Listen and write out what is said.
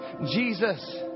Jesus